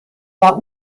war